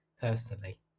personally